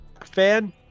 fan